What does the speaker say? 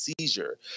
seizure